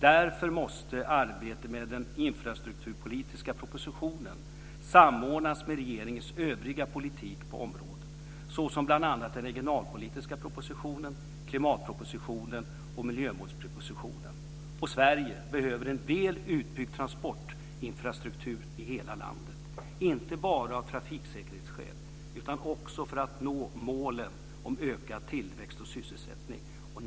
Därför måste arbetet med den infrastrukturpolitiska propositionen samordnas med regeringens övriga politik på området, såsom bl.a. den regionalpolitiska propositionen, klimatpropositionen och miljömålspropositionen. Sverige behöver en väl utbyggd transportinfrastruktur i hela landet, inte bara av trafiksäkerhetsskäl utan också för att nå målen om ökad tillväxt och sysselsättning.